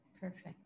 perfect